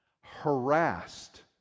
harassed